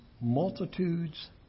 multitudes